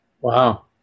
Wow